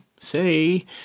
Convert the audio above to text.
say